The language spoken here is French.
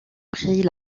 pris